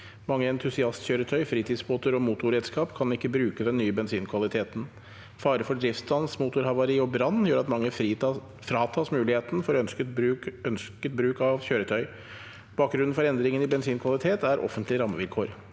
Mange entusiastkjøretøy, fritidsbåter og motorred- skap kan ikke bruke den nye bensinkvaliteten. Fare for driftsstans, motorhavari og brann gjør at mange fratas muligheten for ønsket bruk av kjøretøy. Bakgrunnen for endringen i bensinkvalitet er offentlige rammevilkår.